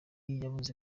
yabuze